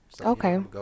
Okay